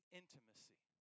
intimacy